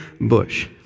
bush